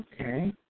Okay